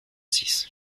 six